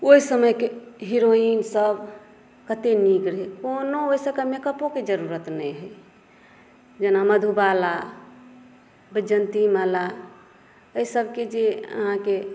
ओहि समयके हीरोइन सभ कते नीक रहै कोनो ओकरा सभके मेकअपोके जरूरत नहि होइ जेना मधुबाला वैजयंती माला एहिसभके जे अहाँके